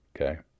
Okay